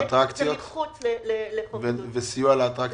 וסיוע לאטרקציות?